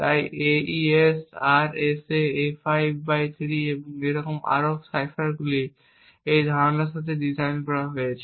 তাই AES RSA A53 এবং আরও কিছু সাইফারগুলি এই ধারণার সাথে ডিজাইন করা হয়েছে